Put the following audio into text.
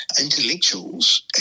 intellectuals